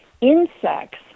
insects